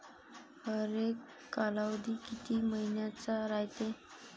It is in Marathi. हरेक कालावधी किती मइन्याचा रायते?